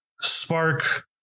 Spark